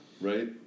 Right